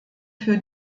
für